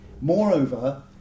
Moreover